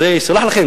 אז יסולח לכם,